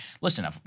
listen